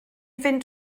fynd